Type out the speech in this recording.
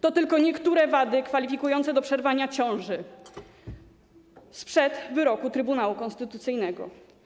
To tylko niektóre wady kwalifikujące do przerwania ciąży sprzed wyroku Trybunału Konstytucyjnego.